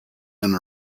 and